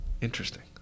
Interesting